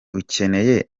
ukeneye